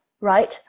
right